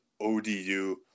ODU